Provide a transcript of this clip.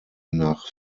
nach